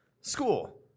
School